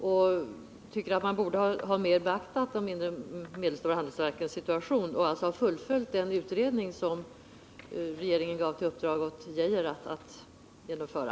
Vi tycker att man borde ha mer beaktat de mindre och medelstora handelsstålverkens situation och alltså ha fullföljt den utredning som regeringen gav Arne Geijer i uppdrag att genomföra.